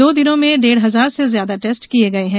दो दिनों में डेढ़ हजार से ज्यादा टेस्ट किये गये हैं